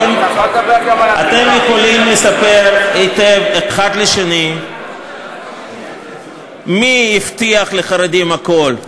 אתם יכולים לספר היטב אחד לשני מי הבטיח לחרדים הכול,